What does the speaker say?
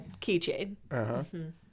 keychain